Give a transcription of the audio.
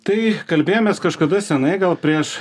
tai kalbėjomės kažkada senai gal prieš